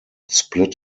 split